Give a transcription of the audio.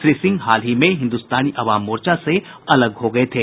श्री सिंह हाल ही में हिन्दुस्तानी अवाम मोर्चा से अलग हो गये थे